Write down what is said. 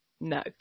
No